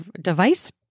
device